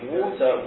water